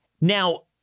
Now